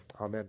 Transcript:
Amen